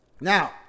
now